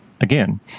again